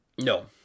No